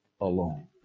alone